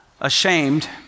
ashamed